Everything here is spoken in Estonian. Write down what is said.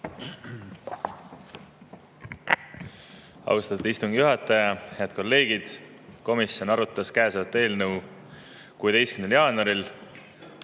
Austatud istungi juhataja! Head kolleegid! Komisjon arutas käesolevat eelnõu 16. jaanuaril